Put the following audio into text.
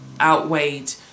outweighed